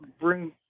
bring